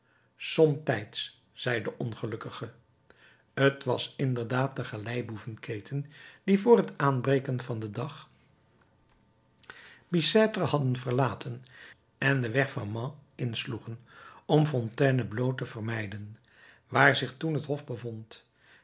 somtijds zei de ongelukkige t was inderdaad de galeiboeven keten die vr t aanbreken van den dag bicêtre had verlaten en den weg van mans insloeg om fontainebleau te vermijden waar zich toen t hof